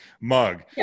Mug